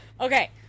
Okay